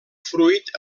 fruit